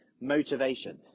motivation